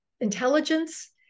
intelligence